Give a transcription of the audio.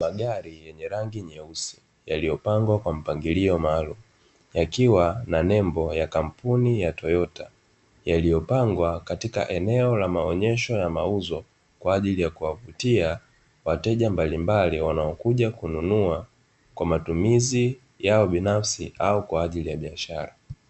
Magari yenye rangi nyeusi yaliopangwa kwa mpangilio maalumu yakiwa na nembo ya kampuni ya toyota, yaliyopangwa katika eneo la maonesho ya mauzo kwa ajili ya kuwavutia wateja mbalimbali wanaokuja kununua kwa matumizi yao binafsi au kwa ajili ya biashara.